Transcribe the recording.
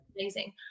Amazing